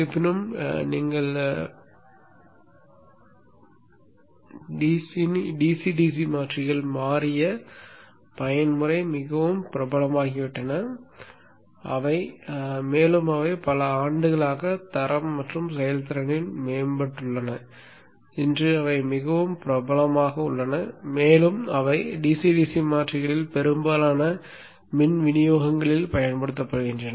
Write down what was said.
இருப்பினும் DC DC மாற்றிகள் மாறிய பயன்முறை மிகவும் பிரபலமாகிவிட்டன மேலும் அவை பல ஆண்டுகளாக தரம் மற்றும் செயல்திறனில் மேம்பட்டுள்ளன இன்று அவை மிகவும் பிரபலமாக உள்ளன மேலும் அவை DC DC மாற்றிகளில் பெரும்பாலான மின் விநியோகங்களில் பயன்படுத்தப்படுகின்றன